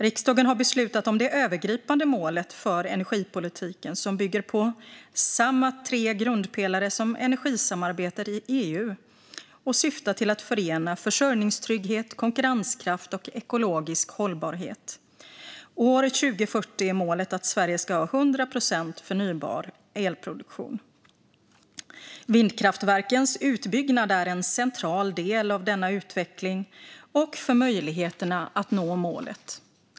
Riksdagen har beslutat om det övergripande målet för energipolitiken, som bygger på samma tre grundpelare som energisamarbetet i EU och syftar till att förena försörjningstrygghet, konkurrenskraft och ekologisk hållbarhet. År 2040 är målet att Sverige ska ha 100 procent förnybar elproduktion. Vindkraftverkens utbyggnad är en central del av denna utveckling och för möjligheterna att nå målet.